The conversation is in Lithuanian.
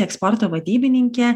eksporto vadybininkė